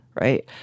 Right